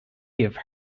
give